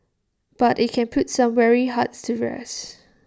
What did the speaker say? but IT can put some weary hearts to rest